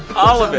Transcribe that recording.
oh,